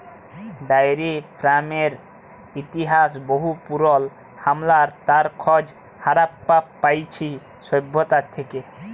diary ফার্মিংয়ের ইতিহাস বহু পুরল, হামরা তার খজ হারাপ্পা পাইছি সভ্যতা থেক্যে